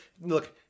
Look